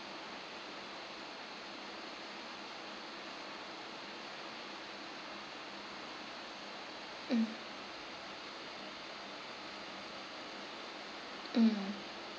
mm mm